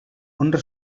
honra